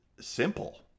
simple